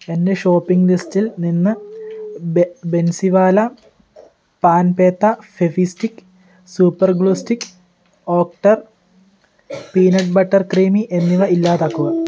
എന്റെ ഷോപ്പിംഗ് ലിസ്റ്റിൽ നിന്ന് ബെ ബെൻസിവാല പാൻ പേട്ട Fevistick super glue stick Oetker peanut butter creamy എന്നിവ ഇല്ലാതാക്കുക